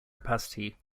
capacity